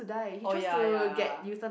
oh ya ya